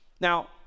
Now